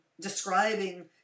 describing